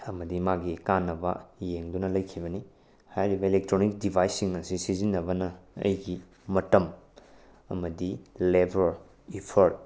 ꯑꯃꯗꯤ ꯃꯥꯒꯤ ꯀꯥꯟꯅꯕ ꯌꯦꯡꯗꯨꯅ ꯂꯩꯈꯤꯕꯅꯤ ꯍꯥꯏꯔꯤꯕ ꯑꯦꯂꯦꯛꯇ꯭ꯔꯣꯅꯤꯛ ꯗꯤꯚꯥꯏꯁꯁꯤꯡ ꯑꯁꯤ ꯁꯤꯖꯤꯟꯅꯕꯅ ꯑꯩꯒꯤ ꯃꯇꯝ ꯑꯃꯗꯤ ꯂꯦꯚꯔ ꯏ꯭ꯐꯔꯠ